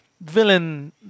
villain